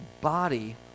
body